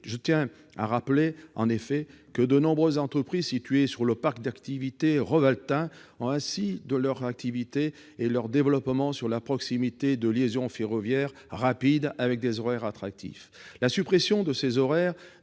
Je tiens à rappeler en effet que de nombreuses entreprises situées sur le parc d'activités Rovaltain ont assis leurs activités et leur développement sur la proximité de liaisons ferroviaires rapides avec des horaires attractifs. Or la suppression de certains